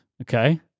Okay